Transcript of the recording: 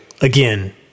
again